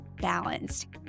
balanced